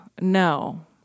no